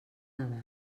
nadal